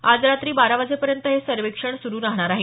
आज रात्री बारा वाजेपर्यंत हे सर्वेक्षण सुरू राहणार आहे